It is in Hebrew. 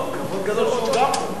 כבוד גדול שהוא נמצא פה.